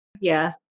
Yes